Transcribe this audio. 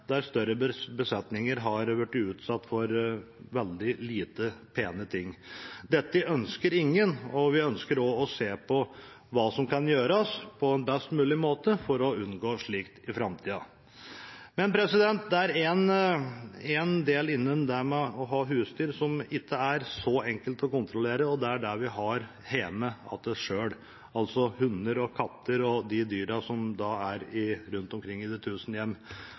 der større besetninger har blitt utsatt for veldig lite pene ting. Dette ønsker ingen, og vi ønsker også å se på hva som kan gjøres, på en best mulig måte, for å unngå slikt i framtida. Det er én del innen det å ha husdyr som det ikke er så enkelt å kontrollere, og det er det vi har hjemme hos oss selv, altså hunder, katter og de dyrene som er rundt omkring i de tusen hjem.